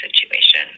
situation